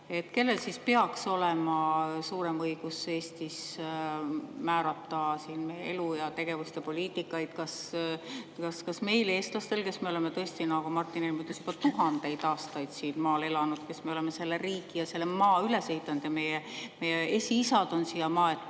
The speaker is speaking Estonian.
kellel peaks olema suurem õigus Eestis määrata meie elu, tegevust ning poliitikat, kas meil, eestlastel, kes me oleme tõesti, nagu Martin Helme ütles, juba tuhandeid aastaid siin maal elanud, kes me oleme selle riigi ja selle maa üles ehitanud, meie esiisad on siia maetud